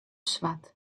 swart